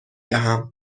دهم